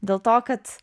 dėl to kad